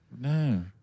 No